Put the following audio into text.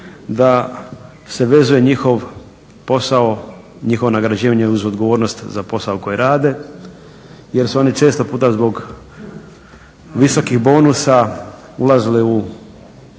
da se vezuje njihov posao, njihovo nagrađivanje uz odgovornost za posao koji rade jer su oni često puta zbog visokih bonusa ulazili,